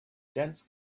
dense